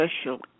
special